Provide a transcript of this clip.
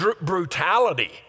brutality